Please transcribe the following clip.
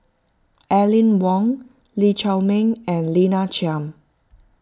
Aline Wong Lee Chiaw Meng and Lina Chiam